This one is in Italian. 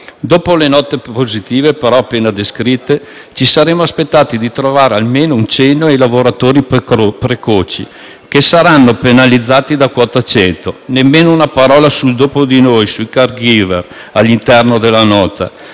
Dopo le note positive appena descritte, però, ci saremmo aspettati di trovare almeno un accenno ai lavoratori precoci, che saranno penalizzati da quota 100. Nemmeno una parola sul dopo di noi, sui *caregiver* all'interno della Nota.